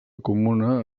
comuna